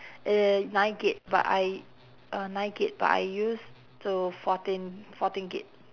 uh nine gig but I uh nine gig but I use to fourteen fourteen gig